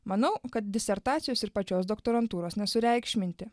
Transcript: manau kad disertacijos ir pačios doktorantūros nesureikšminti